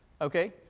okay